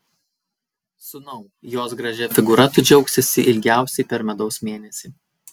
sūnau jos gražia figūra tu džiaugsiesi ilgiausiai per medaus mėnesį